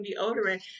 deodorant